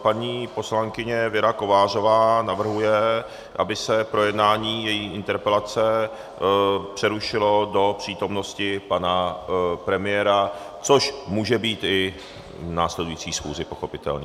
Paní poslankyně Věra Kovářová navrhuje, aby se projednání její interpelace přerušilo do přítomnosti pana premiéra, což může být i v následující schůzi pochopitelně.